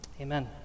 Amen